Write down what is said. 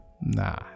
nah